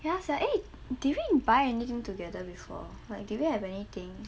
ya sia eh did we buy anything together before like didn't we have anything